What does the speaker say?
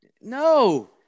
No